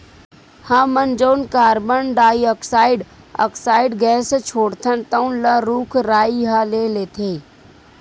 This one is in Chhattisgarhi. हमन जउन कारबन डाईऑक्साइड ऑक्साइड गैस छोड़थन तउन ल रूख राई ह ले लेथे